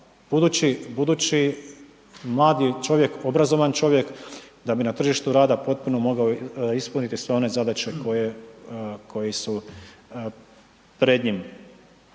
budući mladi čovjek, obrazovan čovjek da bi na tržištu rada potpuno mogao ispuniti sve one zadaće koje su pred njim.